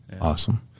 Awesome